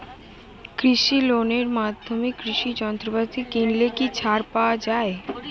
কৃষি লোনের মাধ্যমে কৃষি যন্ত্রপাতি কিনলে কি ছাড় পাওয়া যায়?